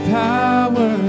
power